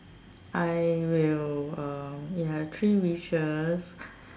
I will uh if I had three wishes